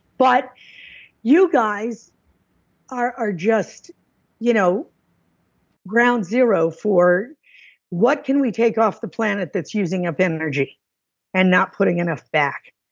but you guys are are just you know ground zero for what can we take off the planet that's using up energy and not putting enough back.